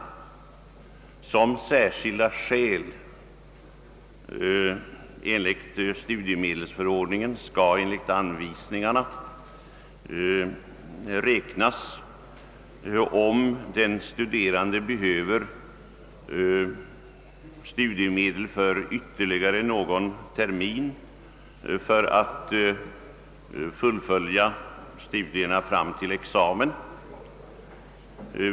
Som särskilda skäl enligt studiemedelsförordningen skall enligt anvisningarna räknas om den studerande behöver studiemedel för ytterligare någon termin för att fullfölja studierna fram till examen.